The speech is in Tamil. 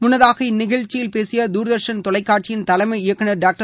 முள்ளதாக இந்நிகழ்ச்சியில் பேசிய தூர்தர்ஷன் தொலைக்காட்சியின் தலைமை இயக்குநர் டாக்டர்